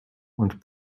und